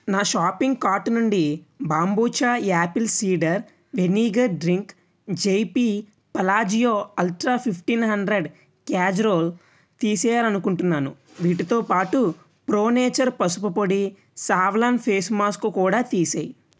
నా shopping cart నుండి kombucha apple cider vinegar drink Palazzo ultra fifteen hundred casserole తీసి వేయాలనుకుంటున్నాను వీటితో పాటు ప్రో నేచర్ పసుపు పొడి సావ్లాన్ ఫేస్ మాస్కు కూడా తీసివేయి